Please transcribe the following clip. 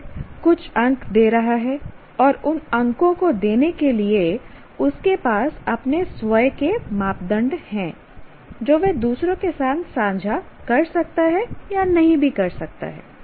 वह कुछ अंक दे रहा है और उन अंकों को देने के लिए उसके पास अपने स्वयं के मापदंड हैं जो वह दूसरों के साथ साझा कर सकता है या नहीं कर सकता है